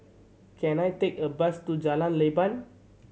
can I take a bus to Jalan Leban